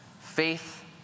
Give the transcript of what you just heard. Faith